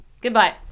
Goodbye